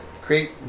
create